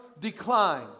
decline